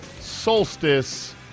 Solstice